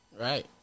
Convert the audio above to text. Right